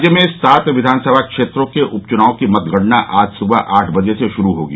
राज्य में सात विधानसभा क्षेत्रों के उप निर्वाचन की मतगणना आज सुबह आठ बजे से शुरू होगी